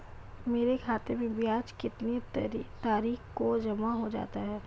मेरे खाते में ब्याज कितनी तारीख को जमा हो जाता है?